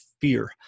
Fear